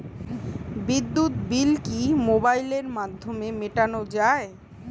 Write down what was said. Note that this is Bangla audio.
বিদ্যুৎ বিল কি মোবাইলের মাধ্যমে মেটানো য়ায়?